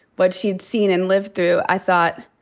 what she'd seen and lived through, i thought,